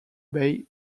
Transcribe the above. bay